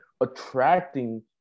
attracting